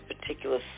particular